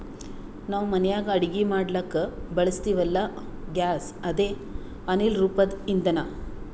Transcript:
ನಾವ್ ಮನ್ಯಾಗ್ ಅಡಗಿ ಮಾಡ್ಲಕ್ಕ್ ಬಳಸ್ತೀವಲ್ಲ, ಗ್ಯಾಸ್ ಅದೇ ಅನಿಲ್ ರೂಪದ್ ಇಂಧನಾ